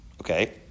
Okay